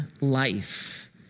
life